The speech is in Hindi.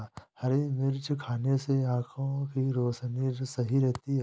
हरी मिर्च खाने से आँखों की रोशनी सही रहती है